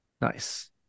nice